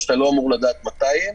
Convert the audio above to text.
שאתה לא אמור לדעת מתי הן.